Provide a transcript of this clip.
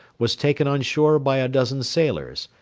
was taken on shore by a dozen sailors,